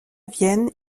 vienne